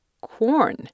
corn